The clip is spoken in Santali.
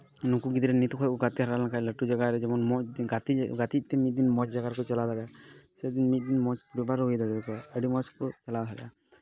ᱱᱩᱠᱩ ᱜᱤᱫᱽᱨᱟᱹ ᱱᱤᱛ ᱠᱷᱚᱡ ᱠᱚ ᱜᱟᱛᱮ ᱦᱮᱣᱟ ᱞᱮᱱᱠᱷᱟᱡ ᱞᱟᱹᱴᱩ ᱡᱟᱭᱜᱟ ᱨᱮ ᱡᱮᱢᱚᱱ ᱢᱚᱡᱽ ᱜᱟᱛᱮᱜ ᱛᱮ ᱢᱤᱫ ᱫᱤᱱ ᱢᱚᱡᱽ ᱡᱟᱭᱜᱟ ᱨᱮᱠᱚ ᱪᱟᱞᱟᱣ ᱫᱟᱲᱮᱭᱟᱜᱼᱟ ᱥᱮ ᱢᱤᱫ ᱫᱤᱱ ᱢᱚᱡᱽ ᱦᱚᱸ ᱦᱩᱭ ᱫᱟᱲᱮᱭᱟᱜᱼᱟ ᱠᱚ ᱟᱹᱰᱤ ᱢᱚᱡᱽ ᱠᱚ ᱮᱞᱟᱣ ᱫᱟᱲᱮᱭᱟᱜᱼᱟ